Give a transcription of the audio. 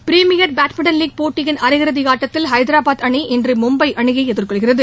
premier badminton league போட்டியின் அரையிறுதி ஆட்டத்தில் ஐதராபாத் அணி இன்று மும்பை அணியை எதிர்கொள்கிறது